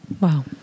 wow